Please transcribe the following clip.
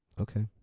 Okay